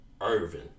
Irvin